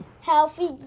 Healthy